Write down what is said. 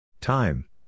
Time